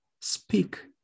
speak